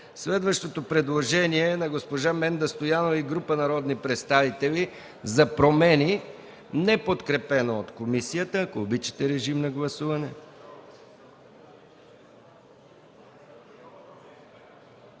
Следващото предложение е на госпожа Менда Стоянова и група народни представители – за промени, неподкрепено от комисията. Ако обичате, режим на гласуване.